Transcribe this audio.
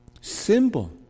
simple